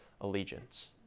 allegiance